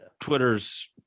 Twitter's